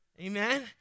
Amen